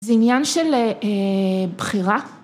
זה עניין של בחירה